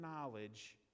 knowledge